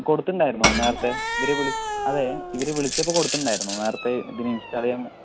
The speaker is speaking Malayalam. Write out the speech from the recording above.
കൊടുത്തിട്ടുണ്ടായിരുന്നോ നേരത്തെ ഇവര് വിളി അതെ ഇവര് വിളിച്ചപ്പോൾ കൊടുത്തിട്ടുണ്ടായിരുന്നോ നേരത്തെ ഇതിന് ഇൻസ്റ്റാൾ ചെയ്യാൻ